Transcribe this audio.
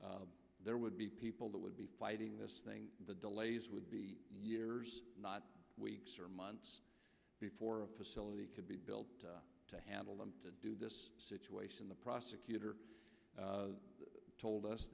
there would be people that would be fighting this thing the delays would be years not weeks or months before a facility could be built to handle them to do this situation the prosecutor told us